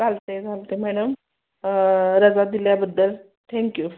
चालतं आहे चालतं आहे मॅडम रजा दिल्याबद्दल थेंन्क्यू